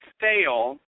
fail